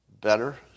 better